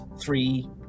three